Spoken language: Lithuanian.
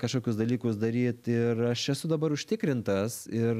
kažkokius dalykus daryt ir aš esu dabar užtikrintas ir